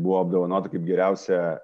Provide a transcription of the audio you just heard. buvo apdovanota geriausia